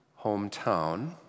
hometown